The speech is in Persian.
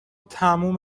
تموم